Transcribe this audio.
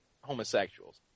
homosexuals